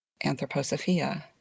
anthroposophia